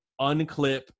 unclip